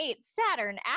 Saturn